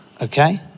okay